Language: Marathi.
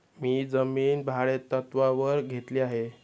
मी जमीन भाडेतत्त्वावर घेतली आहे